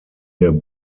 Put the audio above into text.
der